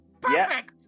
perfect